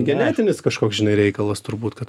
genetinis kažkoks žinai reikalas turbūt kad